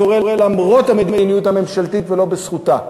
קורה למרות המדיניות הממשלתית ולא בזכותה.